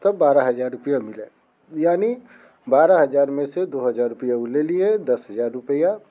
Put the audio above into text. तब बारह हज़ार रुपया मिलेगा यानी बारह हज़ार में से दो हज़ार रुपया उ ले लिए दस हज़ार रुपया